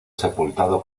sepultado